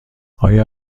آیا